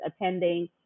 attending